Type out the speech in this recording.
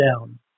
down